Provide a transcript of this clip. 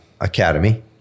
Academy